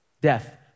death